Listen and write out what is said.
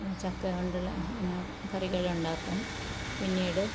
ചക്കകൊണ്ടുള്ള കറികൾ ഉണ്ടാക്കും പിന്നീട്